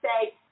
say